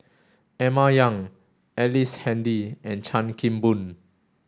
Emma Yong Ellice Handy and Chan Kim Boon